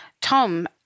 Tom